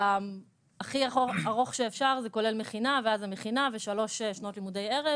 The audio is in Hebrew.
הכי ארוך שאפשר זה כולל מכינה ואז המכינה ושלוש שנות לימודי ערב.